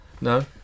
No